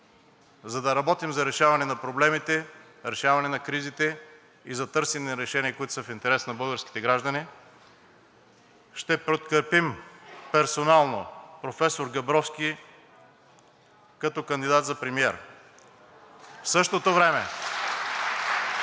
за да работим за решаване на проблемите, решаване на кризите и да търсим решения, които са в интерес на българските граждани, ще подкрепим персонално професор Габровски като кандидат за премиер. (Ръкопляскания.)